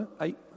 eight